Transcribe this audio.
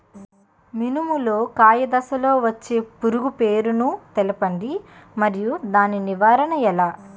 మినుము లో కాయ దశలో వచ్చే పురుగు పేరును తెలపండి? మరియు దాని నివారణ ఎలా?